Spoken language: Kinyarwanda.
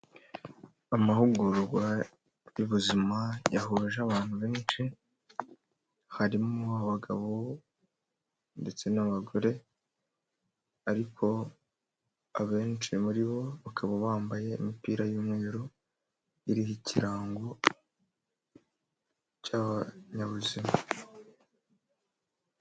Amahugurwa y'ubuzima yahuje abantu benshi. h Harimo abagabo ndetse n'abagore, ariko abenshi muri bo bakaba bambaye imipira y'umweru iriho ikirango cy'abanyabuzima.